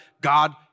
God